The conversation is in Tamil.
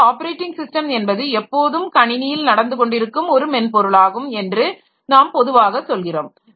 ஆக ஆப்பரேட்டிங் சிஸ்டம் என்பது எப்போதும் கணினியில் நடந்துகொண்டிருக்கும் ஒரு மென்பொருளாகும் என்று நாம் பொதுவாகச் சொல்கிறோம்